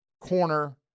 corner